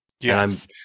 Yes